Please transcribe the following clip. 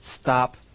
stop